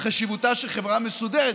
על חשיבותה של חברה מסודרת.